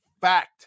Fact